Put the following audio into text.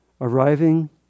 Arriving